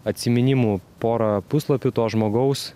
atsiminimų pora puslapių to žmogaus